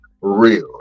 real